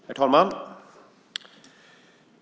Herr talman!